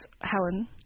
helen